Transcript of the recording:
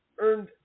earned –